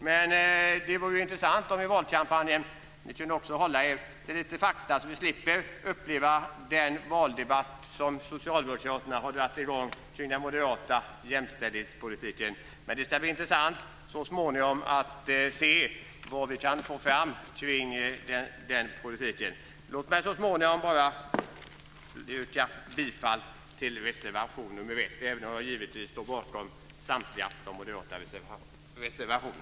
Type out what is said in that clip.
Men det vore intressant om ni i valkampanjen också kunde hålla er till fakta, så vi slipper uppleva den valdebatt som Socialdemokraterna har dragit i gång om den moderata jämställdhetspolitiken. Det ska bli intressant att se vad vi så småningom kan få fram när det gäller den politiken. Låt mig slutligen yrka bifall till reservation 1, även om jag givetvis står bakom samtliga moderata reservationer.